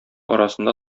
арасында